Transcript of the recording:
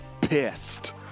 pissed